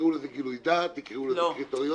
תקראו לזה גילוי דעת, תקראו לזה קריטריונים.